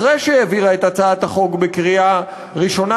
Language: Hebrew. אחרי שהעבירה את הצעת החוק בקריאה ראשונה,